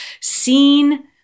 seen